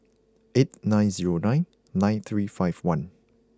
eight nine zero nine nine three five one